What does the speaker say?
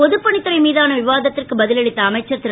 பொதுப்பணித்துறை மீதான விவாத்திற்கு பதில் அளித்த அமைச்சர் திரு